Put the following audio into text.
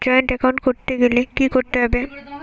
Joint account করতে গেলে কি করতে হবে?